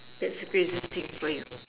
that's the craziest thing for you